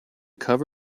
cover